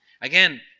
Again